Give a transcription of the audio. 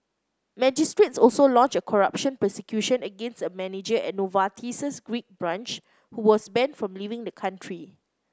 magistrates also launched a corruption prosecution against a manager at Novartis's Greek branch who was banned from leaving the country